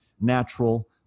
natural